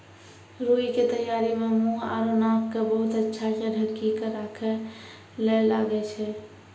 रूई के तैयारी मं मुंह आरो नाक क बहुत अच्छा स ढंकी क राखै ल लागै छै